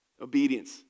Obedience